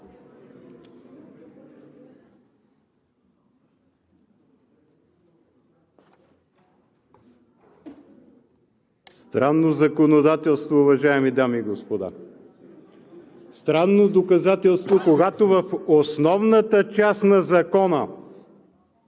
Странно законодателство, уважаеми дами и господа! Странно законодателство, когато в основната част на Закона